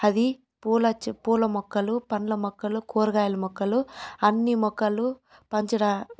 అది పూల చె పూల మొక్కలు పండ్ల మొక్కలు కూరగాయల మొక్కలు అన్నీ మొక్కలు పంచ